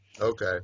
Okay